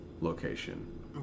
location